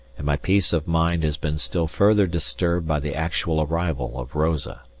and my peace of mind has been still further disturbed by the actual arrival of rosa.